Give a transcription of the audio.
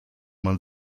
man